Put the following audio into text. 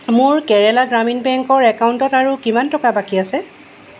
মোৰ কেৰেলা গ্ৰামীণ বেংকৰ একাউণ্টত আৰু কিমান টকা বাকী আছে